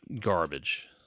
Garbage